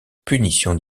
punition